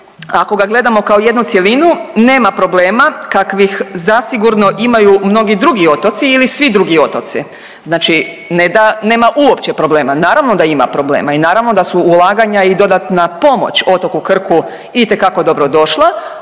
ako ga gledamo kao jednu cjelinu nema problema kakvih zasigurno imaju mnogi drugi otoci ili svi drugi otoci, znači ne da nema uopće problema, naravno da ima problema i naravno da su ulaganja i dodatna pomoć otoku Krku itekako dobro došla,